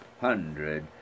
hundred